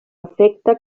efecte